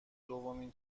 دومین